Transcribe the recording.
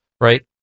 Right